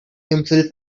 himself